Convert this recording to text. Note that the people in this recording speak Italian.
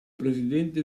presidente